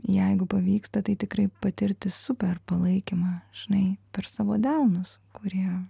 jeigu pavyksta tai tikrai patirti super palaikymą žinai per savo delnus kurie